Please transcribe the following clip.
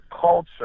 culture